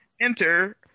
enter